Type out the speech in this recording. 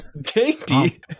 Dainty